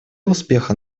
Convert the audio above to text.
успеха